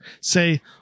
say